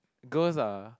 girls are